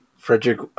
Frederick